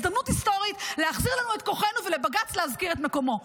הזדמנות היסטורית להחזיר לנו את כוחנו ולהזכיר לבג"ץ את מקומו.